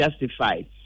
justified